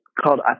called